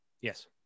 yes